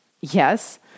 Yes